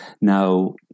Now